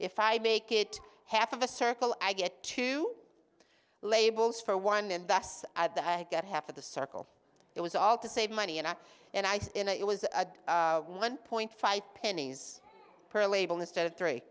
if i make it half of a circle i get two labels for one and thus i get half of the circle it was all to save money and i and i saw in it was a one point five pennies per label instead of three